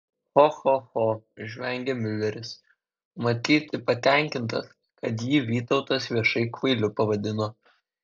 cho cho cho žvengė miuleris matyti patenkintas kad jį vytautas viešai kvailiu pavadino